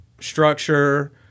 structure